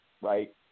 right